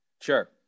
sure